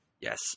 Yes